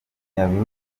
nyabihu